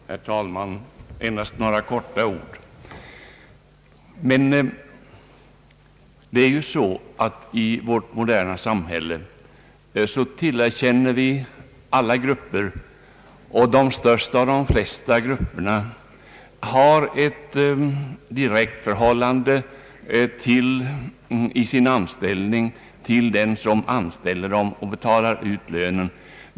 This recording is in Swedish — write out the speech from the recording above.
Herr talman! Endast några ord. I vårt moderna samhälle tillerkänner vi alla grupper förhandlingsrätt. De största och flesta grupperna har ett direkt förhållande i sin anställning till den som anställer dem och betalar ut lönen.